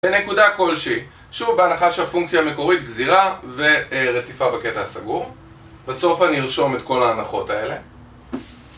בנקודה כלשהי, שוב בהנחה שהפונקציה המקורית גזירה ורציפה בקטע הסגור. בסוף אני ארשום את כל ההנחות האלה